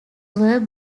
were